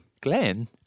Glenn